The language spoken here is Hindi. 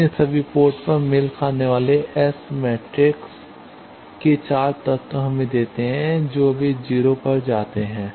इसलिए सभी पोर्ट पर मेल खाने वाले एस मैट्रिक्स के 4 तत्व हमें देते हैं जो वे 0 पर जाते हैं